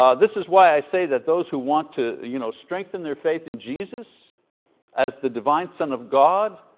um this is why i say that those who want to you know strengthen their faith in jesus as the divine son of god,